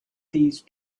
these